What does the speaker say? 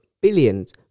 billions